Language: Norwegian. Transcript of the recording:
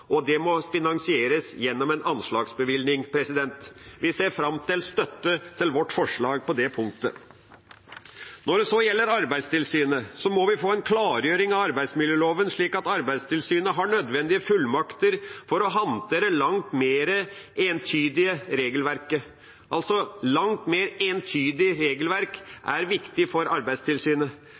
anslagsbevilgning. Vi ser fram til støtte til vårt forslag på det punktet. Når det så gjelder Arbeidstilsynet, må vi få en klargjøring av arbeidsmiljøloven, slik at Arbeidstilsynet har nødvendige fullmakter til å håndtere et langt mer entydig regelverk. Et langt mer entydig regelverk er viktig for Arbeidstilsynet.